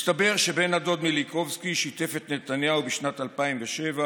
מסתבר שבן הדוד מיליקובסקי שיתף את נתניהו בשנת 2007,